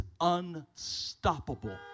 unstoppable